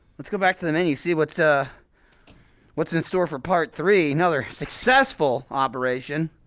let's go back to the menu, see what's, ah what's in store for part three, another successful operation